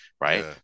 Right